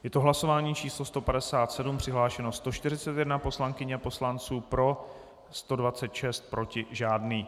Je to hlasování číslo 157, přihlášeno 141 poslankyň a poslanců, pro 126, proti žádný.